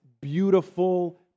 beautiful